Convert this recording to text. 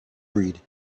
breed